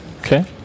Okay